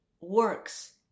works